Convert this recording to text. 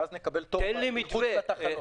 ואז נקבל תור מחוץ לתחנות.